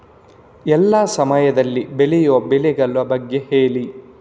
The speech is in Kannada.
ಎಲ್ಲಾ ಸಮಯದಲ್ಲಿ ಬೆಳೆಯುವ ಬೆಳೆಗಳ ಬಗ್ಗೆ ಹೇಳಿ